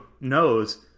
knows